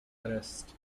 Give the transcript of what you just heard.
arrest